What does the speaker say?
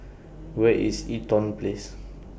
Where IS Eaton Place